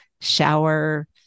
shower